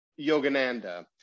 Yogananda